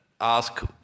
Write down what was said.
ask